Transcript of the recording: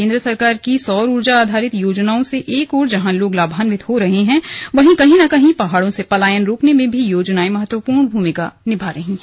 केन्द्र सरकार की सौर उर्जा आधारित योजनाओं से एक ओर जहां लोग लाभावित हो रहे हैं वहीं कहीं न कहीं पहाड़ों से पलायन रोकने में भी योजनाएं महत्वपूर्ण भूमिका निभा रही है